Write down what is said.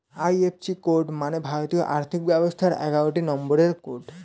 IFC code মানে ভারতীয় আর্থিক ব্যবস্থার এগারোটি নম্বরের কোড